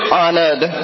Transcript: honored